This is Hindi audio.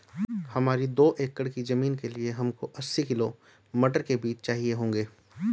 हमारी दो एकड़ की जमीन के लिए हमको अस्सी किलो मटर के बीज चाहिए होंगे